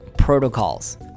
protocols